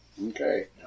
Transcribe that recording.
Okay